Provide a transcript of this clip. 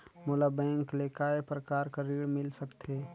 मोला बैंक से काय प्रकार कर ऋण मिल सकथे?